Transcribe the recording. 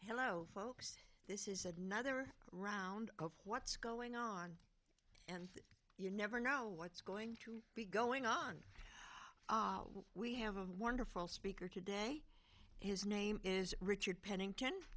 hello folks this is another round of what's going on and you never know what's going to be going on we have a wonderful speaker today his name is richard pennington